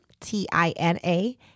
T-I-N-A